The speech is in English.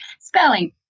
spelling